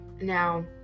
Now